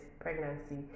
pregnancy